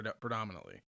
predominantly